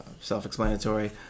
self-explanatory